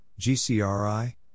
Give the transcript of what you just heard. GCRI